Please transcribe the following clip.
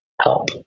help